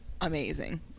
amazing